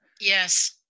Yes